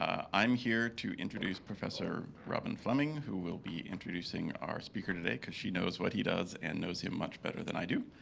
i'm here to introduce professor robin fleming, who will be introducing our speaker today, because she knows what he does and knows him much better than i do.